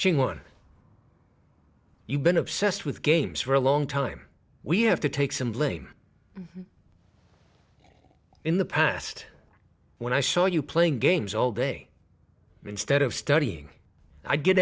she one you've been obsessed with games for a long time we have to take some blame in the past when i saw you playing games all day instead of studying i get